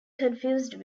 confused